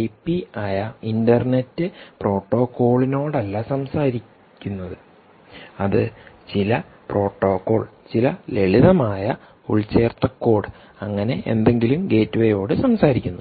ഐപിയായ internet പ്രോട്ടോക്കോളിനോടല്ല സംസാരിക്കരുത് അത് ചില പ്രോട്ടോക്കോൾ ചില ലളിതമായ ഉൾച്ചേർത്ത കോഡ് അങ്ങനെ എന്തെങ്കിലും ഗേറ്റ്വേയോട് സംസാരിക്കുന്നു